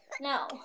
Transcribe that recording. No